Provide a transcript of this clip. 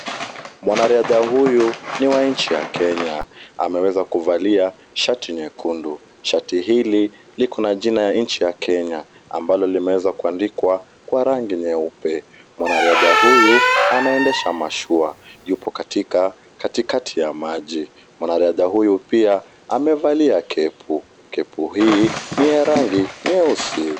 Mwanariadha huyu ni wa nchi ya Kenya. Ameweza kuvalia shati nyekundu. Shati hili liko na jina ya nchi ya Kenya, ambalo limeweza kuandikwa kwa rangi nyeupe. Mwanariadha huyu anaendesha mashua. Yupo katika katikati ya maji. Mwanariadha huyu pia amevalia kepu. Kepu hii ni ya rangi nyeusi.